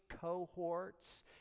cohorts